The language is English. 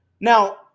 now